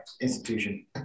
institution